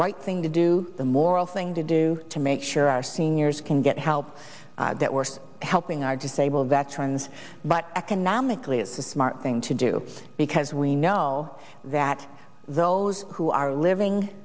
right thing to do the moral thing to do to make sure our seniors can get help that we're helping our disabled veterans but economically it's a smart thing to do because we know that those who are